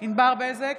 ענבר בזק,